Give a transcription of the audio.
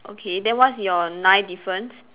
okay then what's your nine difference